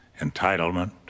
Entitlement